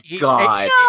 god